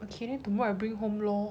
okay then tomorrow I bring home lor